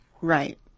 right